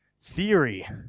theory